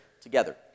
together